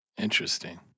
Interesting